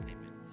Amen